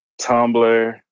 Tumblr